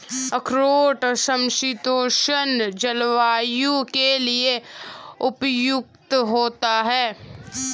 अखरोट समशीतोष्ण जलवायु के लिए उपयुक्त होता है